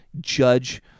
judge